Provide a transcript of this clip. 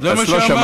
זה מה שאמרתי.